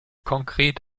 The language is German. konkret